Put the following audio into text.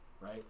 right